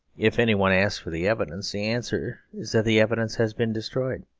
if anyone asks for the evidence, the answer is that the evidence has been destroyed,